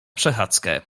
przechadzkę